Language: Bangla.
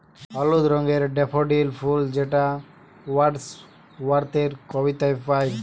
হলুদ রঙের ডেফোডিল ফুল যেটা ওয়ার্ডস ওয়ার্থের কবিতায় পাই